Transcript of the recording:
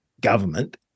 government